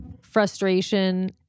frustration